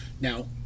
Now